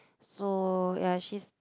so ya she's